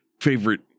favorite